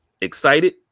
excited